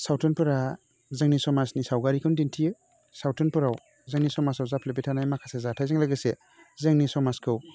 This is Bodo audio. सावथुनफोरा जोंनि समाजनि सावगारिखौनो दिन्थियो सावथुनफोराव जोंनि समाजाव जाफ्लेबाय थानाय माखासे जाथायजों लोगोसे जोंनि समाजखौ